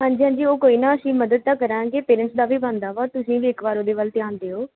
ਹਾਂਜੀ ਹਾਂਜੀ ਉਹ ਕੋਈ ਨਾ ਅਸੀਂ ਮਦਦ ਤਾਂ ਕਰਾਂਗੇ ਪੇਰੈਂਟਸ ਦਾ ਵੀ ਬਣਦਾ ਵਾ ਔਰ ਤੁਸੀਂ ਵੀ ਇੱਕ ਵਾਰ ਉਹਦੇ ਵੱਲ ਧਿਆਨ ਦਿਓ